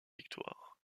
victoires